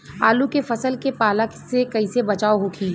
आलू के फसल के पाला से कइसे बचाव होखि?